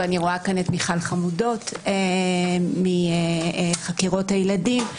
ואני רואה כאן את מיכל חמודות מחקירות הילדים,